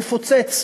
נפוצץ.